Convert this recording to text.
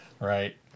Right